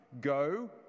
Go